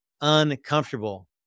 uncomfortable